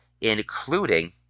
including